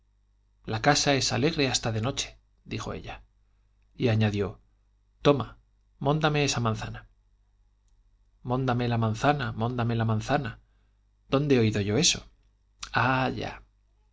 la cabeza la casa es alegre hasta de noche dijo ella y añadió toma móndame esa manzana móndame la manzana móndame la manzana dónde he oído yo eso ah ya